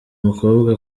mukobwa